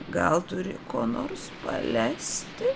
gal turi ko nors palesti